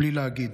בלי להגיד".